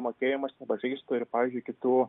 mokėjimas nepažeistų ir pavyzdžiui kitų